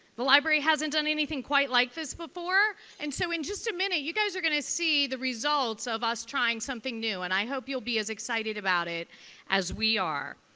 the library hasn't done anything quite like this before, and so in just a minute, you guys are going to see the results of us trying something new. and i hope you'll be as excited about it as we are.